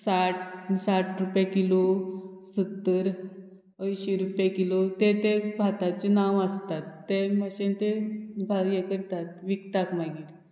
साठ साठ रुपया किलो सत्तर अंयशी रुपया किलो तें तें भाताचें नांव आसतात तें मातशे तें भागे करतात विकतात मागीर